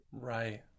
Right